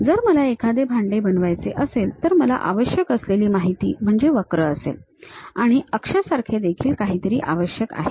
जर मला एखादे भांडे बनवायचे असेल तर मला आवश्यक असलेली माहिती म्हणजे वक्र असेल आणि अक्षासारखे देखील काहीतरी आवश्यक आहे